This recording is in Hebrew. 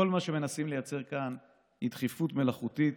כל מה שמנסים לייצר כאן זה דחיפות מלאכותית